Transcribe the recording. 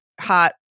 hot